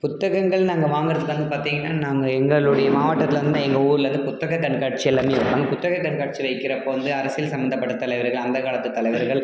புத்தகங்கள் நாங்கள் வாங்குறதுக்கு வந்து பார்த்தீங்கன்னா நாங்கள் எங்களுடைய மாவட்டத்தில் வந்து நான் எங்கள் ஊரில் இருந்து புத்தகக் கண்காட்சி எல்லாமே வைப்பாங்க புத்தகக் கண்காட்சி வைக்கிறப்ப வந்து அரசியல் சம்பந்தப்பட்ட தலைவர்கள் அந்த காலத்து தலைவர்கள்